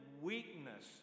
weakness